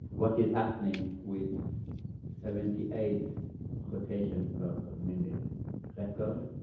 what is happening with seventy eight rotation per minute record.